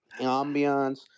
ambience